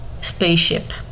spaceship